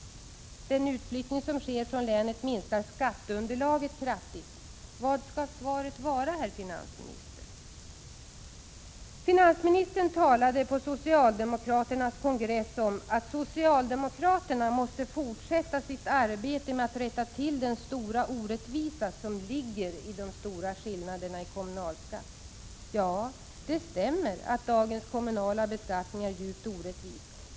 Den utflyttning som sker från länet minskar skatteunderlaget kraftigt. Vad skall svaret vara, herr finansminister? Finansministern talade på socialdemokraternas kongress om att socialdemokraterna måste fortsätta sitt arbete med att rätta till den stora orättvisa som de stora skillnaderna i kommunalskatt utgör. Ja, det stämmer att dagens kommunala beskattning är djupt orättvis.